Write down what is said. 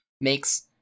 makes